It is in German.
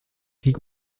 krieg